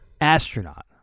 Astronaut